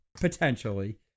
Potentially